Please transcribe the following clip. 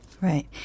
right